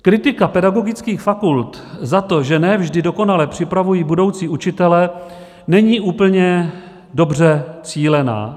Kritika pedagogických fakult za to, že ne vždy dokonale připravují budoucí učitele, není úplně dobře cílená.